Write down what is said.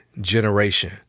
generation